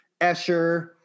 Escher